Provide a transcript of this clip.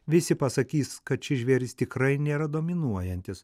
visi pasakys kad šis žvėris tikrai nėra dominuojantis